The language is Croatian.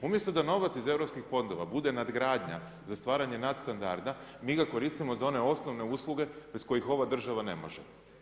Umjesto da novac iz europskih fondova bude nadgradnja za stvaranje nadstandarda, mi ga koristimo za one osnovne usluge bez kojih ova država ne može.